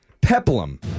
Peplum